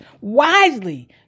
wisely